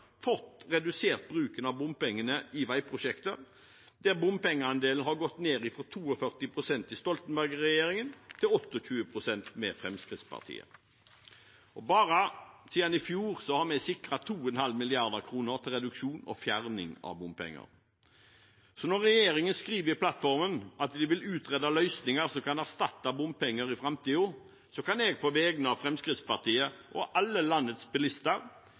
fått redusert bruken av bompengene i veiprosjekter, der bompengeandelen har gått ned fra 42 pst. i Stoltenberg-regjeringen til 28 pst. med Fremskrittspartiet. Bare siden i fjor har vi sikret 2,5 mrd. kr til reduksjon og fjerning av bompenger. Så når regjeringen skriver i plattformen at den vil «utrede løsninger som kan erstatte bompenger i fremtiden», kan jeg på vegne av Fremskrittspartiet og alle landets bilister